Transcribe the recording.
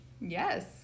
Yes